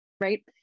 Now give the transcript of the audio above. right